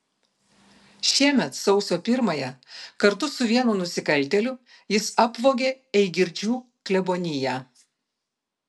šiemet sausio pirmąją kartu su vienu nusikaltėliu jis apvogė eigirdžių kleboniją